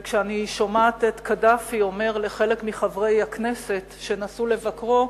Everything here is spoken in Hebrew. וכשאני שומעת את קדאפי אומר לחלק מחברי הכנסת שנסעו לבקרו,